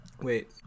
Wait